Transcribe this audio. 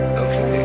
okay